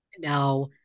No